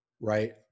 right